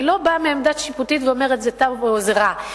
אני לא באה מעמדה שיפוטית ואומרת אם זה טוב או זה רע.